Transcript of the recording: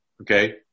Okay